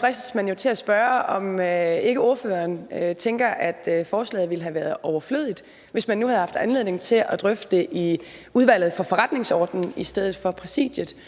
fristes man jo til at spørge, om ikke ordføreren tænker, at forslaget ville have været overflødigt, hvis man nu havde haft anledning til at drøfte det i Udvalget for Forretningsordenen i stedet for Præsidiet.